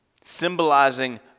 symbolizing